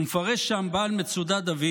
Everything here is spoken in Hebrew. ומפרש שם בעל מצודת דוד: